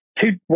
two